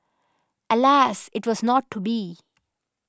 alas it was not to be